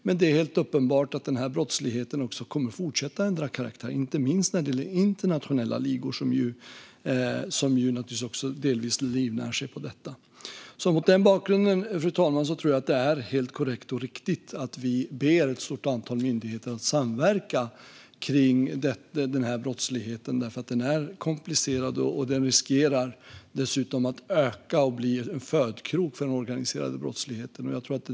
Men det är helt uppenbart att denna brottslighet kommer att fortsätta ändra karaktär, inte minst när det gäller internationella ligor som delvis livnär sig på detta. Mot den bakgrunden, fru talman, tror jag att det är helt korrekt och riktigt att vi ber ett stort antal myndigheter att samverka kring denna brottslighet. Den är nämligen komplicerad. Den riskerar dessutom att öka och bli en födkrok för den organiserade brottsligheten.